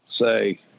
say